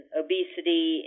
obesity